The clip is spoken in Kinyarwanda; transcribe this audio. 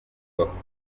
bakuye